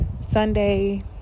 Sunday